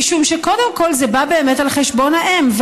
משום שקודם כול זה בא באמת על חשבון האם,